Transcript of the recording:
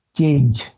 change